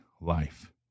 life